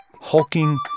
hulking